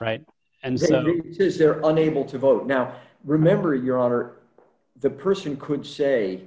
right and then says they're unable to vote now remember your honor the person could say